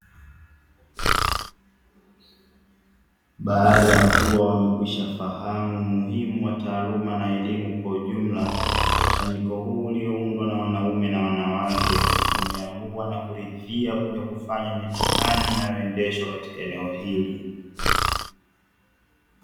Baada ya kuwa wamekwisha fahamu umuhimu wa taaluma na elimu kwa ujumla, mkusanyiko huu ulioundwa na wanaume na wanawake umeamua na kuridhia kuja kufanya mitihani inayoendeshwa katika eneo hili.